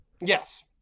Yes